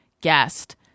guest